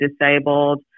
disabled